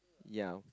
yea